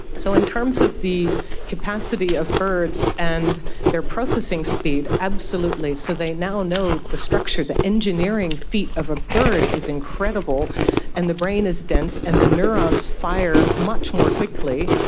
so in terms of the capacity of birds and their processing speed, absolutely, so they now know the structure, the engineering feat of a bird is incredible and the brain is dense and the neurons fire much more quickly,